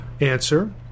Answer